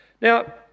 Now